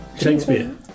Shakespeare